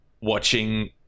watching